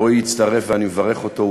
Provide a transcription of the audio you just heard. רועי הצטרף ואני מברך אותו,